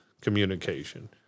communication